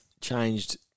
changed